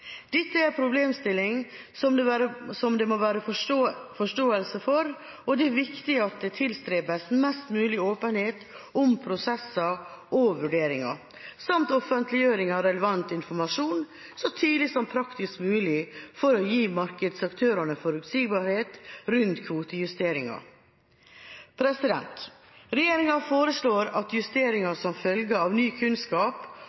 Dette er en problemstilling som det må være forståelse for, og det er viktig at det tilstrebes mest mulig åpenhet om prosesser og vurderinger, samt at relevant informasjon offentliggjøres så tidlig som praktisk mulig for å gi markedsaktørene forutsigbarhet rundt kvotejusteringer. Regjeringa foreslår at